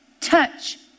Touch